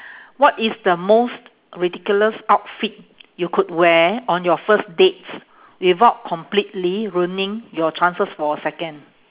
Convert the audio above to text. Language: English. what is the most ridiculous outfit you could wear on your first dates without completely ruining your chances for a second